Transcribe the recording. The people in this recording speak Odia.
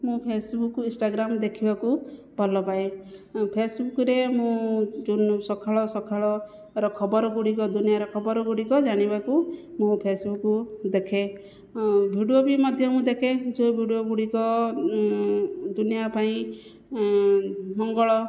ମୁଁ ଫେସବୁକ୍ ଇନ୍ଷ୍ଟ୍ରାଗ୍ରାମ ଦେଖିବାକୁ ଭଲପାଏ ଫେସବୁକ୍ରେ ମୁଁ ଯେଉଁ ସକାଳ ସକାଳର ଖବରଗୁଡ଼ିକ ଦୁନିଆର ଖବରଗୁଡ଼ିକ ଜାଣିବାକୁ ମୁଁ ଫେସବୁକ୍ ଦେଖେ ଭିଡ଼ିଓ ବି ମଧ୍ୟ ମୁଁ ଦେଖେ ଯେଉଁ ଭିଡ଼ିଓଗୁଡ଼ିକ ଦୁନିଆ ପାଇଁ ମଙ୍ଗଳ